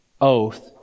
oath